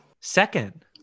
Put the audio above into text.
Second